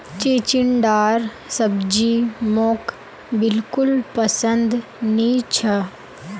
चिचिण्डार सब्जी मोक बिल्कुल पसंद नी छ